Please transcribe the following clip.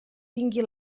tingui